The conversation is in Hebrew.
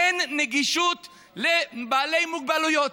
אין נגישות לבעלי מוגבלויות.